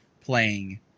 playing